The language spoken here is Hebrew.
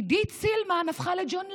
עידית סילמן הפכה לג'ון לנון.